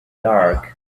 dark